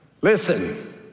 Listen